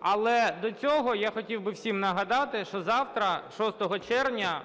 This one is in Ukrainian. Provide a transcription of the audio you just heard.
Але до цього я хотів би всім нагадати, що завтра, 6 червня,